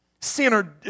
sinner